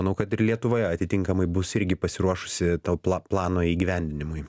manau kad ir lietuvoje atitinkamai bus irgi pasiruošusi pla plano įgyvendinimui